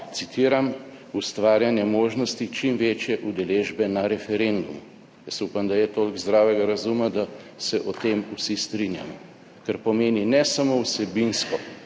citiram, »ustvarjanja možnosti čim večje udeležbe na referendumu«. Jaz upam, da je toliko zdravega razuma, da se o tem vsi strinjamo, kar pomeni ne samo vsebinsko,